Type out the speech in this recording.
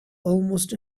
almost